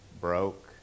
broke